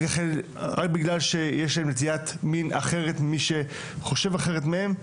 רק בגלל שיש להם נטיית מין אחרת ממי שחושב אחרת מהם,